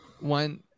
one